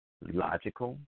logical